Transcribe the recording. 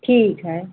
ठीक है